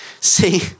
See